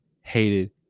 hated